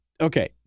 okay